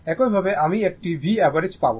একইভাবে আমি একটি V অ্যাভারেজ পাব